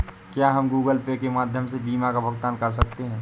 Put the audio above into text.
क्या हम Google Pay के माध्यम से बीमा का भुगतान कर सकते हैं?